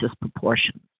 proportions